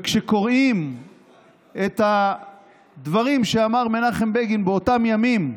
כשקוראים את הדברים שאמר מנחם בגין באותם ימים,